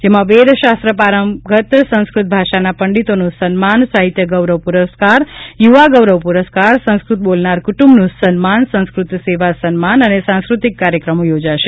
જેમાં વેદશાસ્ત્ર પારંગત સંસ્કૃત ભાષાના પંડિતોનું સન્માન સાહિત્ય ગૌરવ પુરસ્કાર યુવા ગૌરવ પુરસ્કાર સંસ્કૃત બોલનાર કુટુંબનું સન્માન સંસ્કૃત સેવા સન્માન અને સાંસ્કૃતિક કાર્યક્રમો યોજાશે